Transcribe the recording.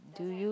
do you